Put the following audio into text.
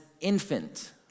infant